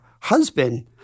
husband